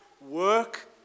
work